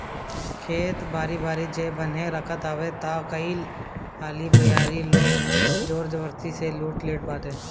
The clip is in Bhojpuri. खेत बारी जे बान्हे रखत हवे तअ कई हाली बरियार लोग जोर जबरजस्ती से लूट लेट बाटे